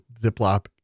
Ziploc